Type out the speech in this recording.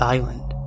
Island